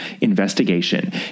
investigation